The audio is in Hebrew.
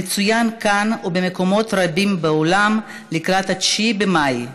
המצוין כאן ובמקומות רבים בעולם לקראת 9 במאי,